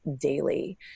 daily